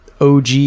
OG